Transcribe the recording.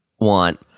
want